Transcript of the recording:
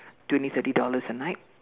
twenty thirty dollars a night